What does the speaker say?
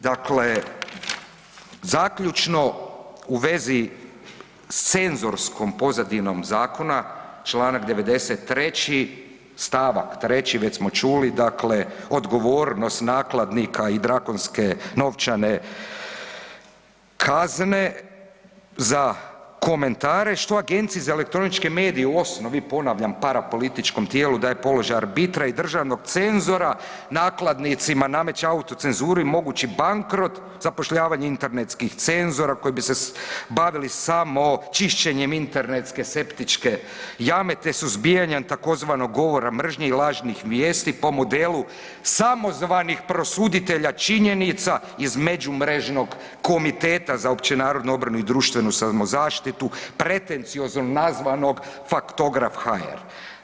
Dakle, zaključno u vezi s cenzorskom pozadinom zakona Članak 93. stavak 3., već smo čuli dakle odgovornost nakladnika i drakonske novčane kazne za komentare što Agenciji za elektroničke medije u osnovi, ponavljam parapolitičkom tijelu daje položaj arbitra i državnog cenzora, nakladnicima nameće autocenzuru i mogući bankrot, zapošljavanje internetskih cenzora koji bi se bavili samo čišćenjem internetske septičke jame te suzbijanja tzv. govora mržnje i lažnih vijesti po modelu samozvanih prosuditelja činjenica iz međumrežnog komiteta za općenarodnu obranu i društvenu samozaštitu pretenciozno nazvanog faktograf.hr.